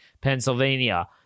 Pennsylvania